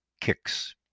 kicks